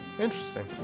Interesting